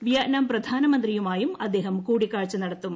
Vietnam പ്രധാനമന്ത്രിയുമായും അദ്ദേഹം കൂടിക്കാഴ്ച നടത്തും